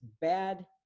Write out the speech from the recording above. bad